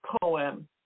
poem